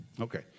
Okay